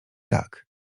tak